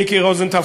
מיקי רוזנטל,